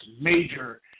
major